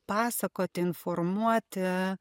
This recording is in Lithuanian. pasakoti informuoti